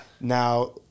Now